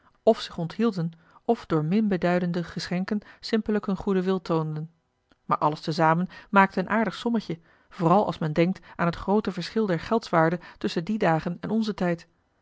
f zich onthielden f door min beduidende geschenken simpellijk hun goeden wil toonden maar alles te zamen maakte een aardig sommetje vooral als men denkt aan het groote verschil der geldswaarde tusschen die dagen en onzen tijd